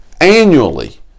Annually